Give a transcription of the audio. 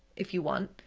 if you want.